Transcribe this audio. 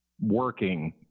working